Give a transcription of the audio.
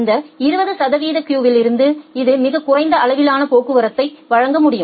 இந்த 20 சதவீத கியூவில் இருந்து இது மிகக் குறைந்த அளவிலான போக்குவரத்தை வழங்க முடியும்